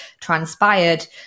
transpired